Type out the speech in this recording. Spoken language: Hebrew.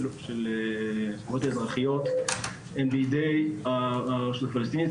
האזרחיות הן בידי הרשות הפלסטינית,